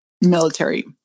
military